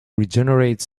regenerates